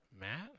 Matt